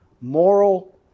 moral